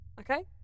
okay